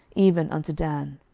even unto dan.